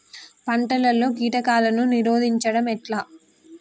పంటలలో కీటకాలను నిరోధించడం ఎట్లా?